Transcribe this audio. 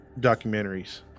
documentaries